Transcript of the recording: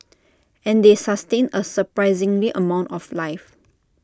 and they sustain A surprising amount of life